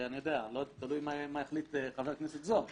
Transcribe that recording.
תלוי מה יחליט חבר הכנסת זוהר.